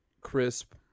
crisp